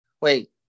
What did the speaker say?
wait